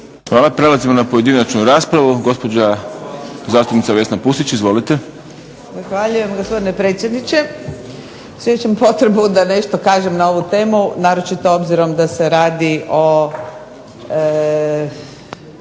Hvala. Prelazimo na pojedinačnu raspravu. Gospođa zastupnica Vesna Pusić, izvolite. **Pusić, Vesna (HNS)** Zahvaljujem, gospodine predsjedniče. Osjećam potrebu da nešto kažem na ovu temu, naročito obzirom da se radi o